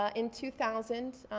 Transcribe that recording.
um in two thousand,